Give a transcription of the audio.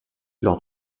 lors